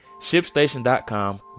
ShipStation.com